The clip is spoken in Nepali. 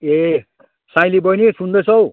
ए साइँली बहिनी सुन्दैछौ